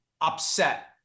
upset